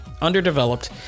underdeveloped